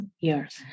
years